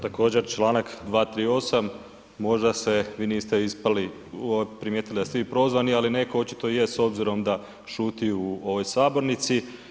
Također čl. 238., možda se vi niste ispali, primijetili da ste vi prozvani ali netko očito je s obzirom da šuti u sabornici.